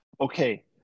okay